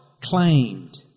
claimed